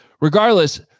regardless